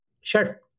Sure